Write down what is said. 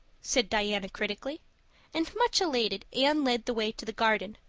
said diana critically and, much elated, anne led the way to the garden,